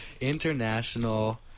International